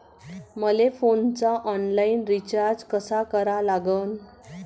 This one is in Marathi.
मले फोनचा ऑनलाईन रिचार्ज कसा करा लागन?